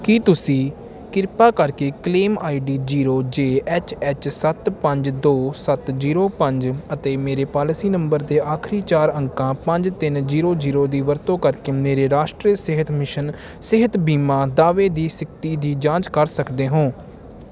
ਕੀ ਤੁਸੀਂ ਕਿਰਪਾ ਕਰਕੇ claim ID zero J H H ਸੱਤ ਪੰਜ ਦੋ ਸੱਤ ਜੀਰੋ ਪੰਜ ਅਤੇ ਮੇਰੇ ਪਾਲਿਸੀ ਨੰਬਰ ਦੇ ਆਖਰੀ ਚਾਰ ਅੰਕਾਂ ਪੰਜ ਤਿੰਨ ਜੀਰੋ ਜੀਰੋ ਦੀ ਵਰਤੋਂ ਕਰਕੇ ਮੇਰੇ ਰਾਸ਼ਟਰੀ ਸਿਹਤ ਮਿਸ਼ਨ ਸਿਹਤ ਬੀਮਾ ਦਾਅਵੇ ਦੀ ਸਥਿਤੀ ਦੀ ਜਾਂਚ ਕਰ ਸਕਦੇ ਹੋ